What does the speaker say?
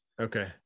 Okay